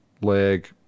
leg